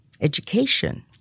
education